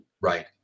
Right